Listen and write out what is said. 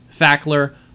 Fackler